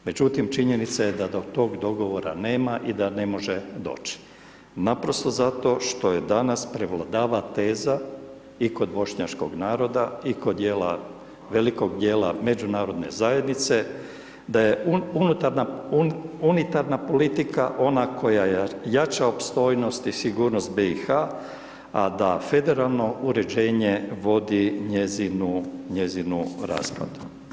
Međutim činjenica je da tog dogovora nema i da ne može doći naprosto zato što danas prevladava teza i kod Bošnjačkog naroda i kod dijela, velikog dijela Međunarodne zajednice da je unitarna politika ona koja jača opstojnost i sigurnost BiH a da federalno uređenje vodi njezinu raspad.